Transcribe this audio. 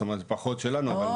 זאת אומרת פחות שלנו.